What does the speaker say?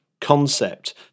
concept